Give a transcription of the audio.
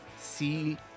see